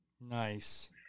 Nice